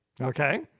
okay